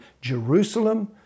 Jerusalem